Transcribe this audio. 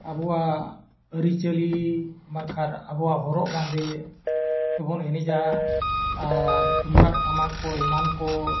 ᱟᱵᱚᱣᱟᱜ ᱟᱹᱨᱤᱪᱟᱹᱞᱤ ᱵᱟᱝᱠᱷᱟᱱ ᱟᱵᱚᱣᱟᱜ ᱦᱚᱨᱚᱜ ᱵᱟᱸᱫᱮ ᱛᱮᱵᱚᱱ ᱮᱱᱮᱡᱟ ᱟᱨ ᱛᱩᱢᱫᱟᱜ ᱴᱟᱢᱟᱠ ᱠᱚ ᱮᱢᱟᱱ ᱠᱚ